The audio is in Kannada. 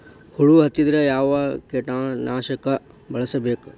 ಹುಳು ಹತ್ತಿದ್ರೆ ಯಾವ ಕೇಟನಾಶಕ ಬಳಸಬೇಕ?